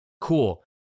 cool